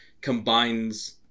combines